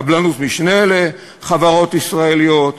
קבלנות משנה לחברות ישראליות,